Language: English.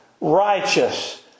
righteous